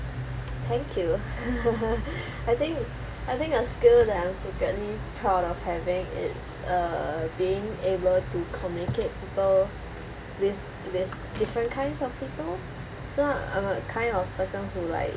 thank you I think I think a skill that I'm secretly proud of having is uh being able to communicate people with with different kinds of people so I'm a kind of person who like